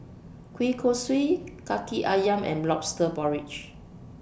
Kueh Kosui Kaki Ayam and Lobster Porridge